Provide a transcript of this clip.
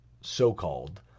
so-called